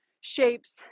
shapes